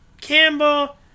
Campbell